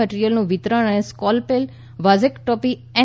મટીરીયલ્સનું વિતરણ અને scalpel vasectomy N